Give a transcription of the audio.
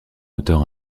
auteur